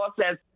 says